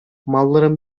malların